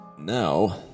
now